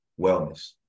wellness